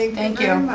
ah thank you